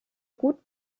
gut